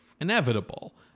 inevitable